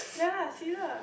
ya lah see lah